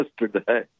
yesterday